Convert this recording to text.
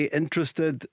interested